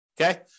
Okay